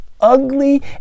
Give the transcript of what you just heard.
ugly